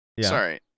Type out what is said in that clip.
sorry